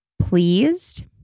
pleased